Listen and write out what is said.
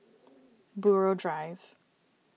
Buroh Drive